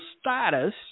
status